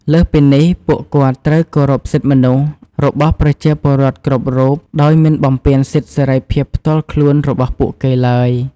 លើសពីនេះ ពួកគាត់ត្រូវ គោរពសិទ្ធិមនុស្ស របស់ប្រជាពលរដ្ឋគ្រប់រូប ដោយមិនបំពានសិទ្ធិសេរីភាពផ្ទាល់ខ្លួនរបស់ពួកគេឡើយ។